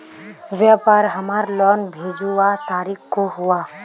व्यापार हमार लोन भेजुआ तारीख को हुआ?